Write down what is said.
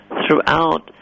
throughout